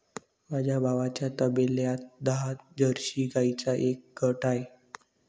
माझ्या भावाच्या तबेल्यात दहा जर्सी गाईंचा एक गट आहे